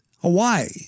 Hawaii